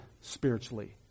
spiritually